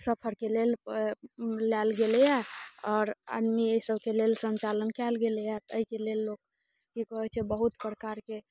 सफरके लेल लायल गेलैया आओर अन्य सबके लेल सञ्चालन कयल गेलैया तऽ एहिके लेल लोक की कहैत छै बहुत प्रकारके